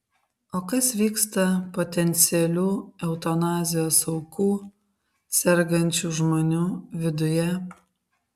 o kas vyksta potencialių eutanazijos aukų sergančių žmonių viduje